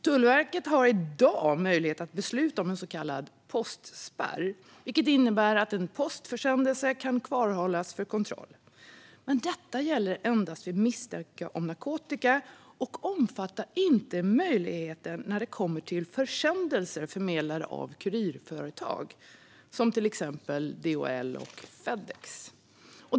Tullverket har i dag möjlighet att besluta om en så kallad postspärr, vilket innebär att en postförsändelse kan kvarhållas för kontroll. Detta gäller endast vid misstanke om narkotika och omfattar inte försändelser förmedlade av kurirföretag såsom DHL och Fedex.